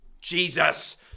jesus